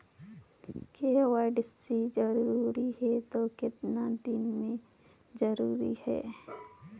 KYC जरूरी हे तो कतना दिन मे जरूरी है?